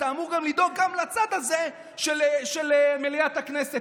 אמור לדאוג גם לצד הזה של מליאת הכנסת,